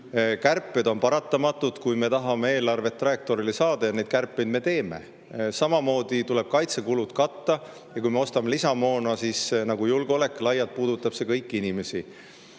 Kärped on paratamatud, kui me tahame eelarvet [õigele] trajektoorile saada, ja neid kärpeid me teeme. Samamoodi tuleb kaitsekulud katta. Kui me ostame lisamoona, siis julgeolek puudutab laiemalt kõiki inimesi.